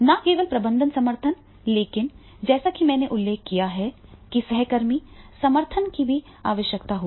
न केवल प्रबंधन समर्थन लेकिन जैसा कि मैंने उल्लेख किया है कि सहकर्मी समर्थन की भी आवश्यकता होगी